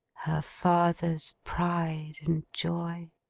father's pride and joy!